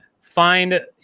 find